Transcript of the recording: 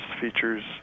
features